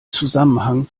zusammenhang